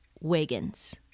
Wiggins